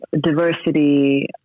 diversity